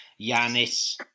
Yanis